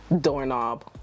Doorknob